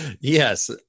yes